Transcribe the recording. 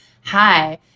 hi